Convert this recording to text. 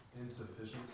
insufficiency